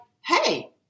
hey